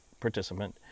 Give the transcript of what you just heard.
participant